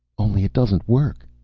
only it doesn't work,